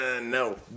No